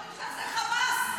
החברים שלך זה חמאס.